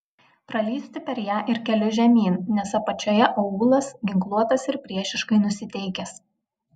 pralįsti per ją ir keliu žemyn nes apačioje aūlas ginkluotas ir priešiškai nusiteikęs